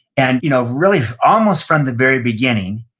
and you know really almost from the very beginning,